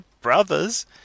brothers